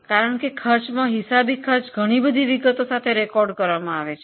કારણ કે પડતર હિસાબી કરણમાં ખર્ચની નોંધણી ઘણી બધી વિગતો સાથે કરવામાં આવે છે